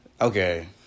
Okay